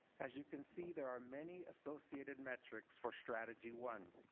as you can see, there are many associated metrics for strategy one.